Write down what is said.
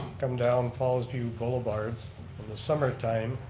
come down fallsview boulevard in the summer time,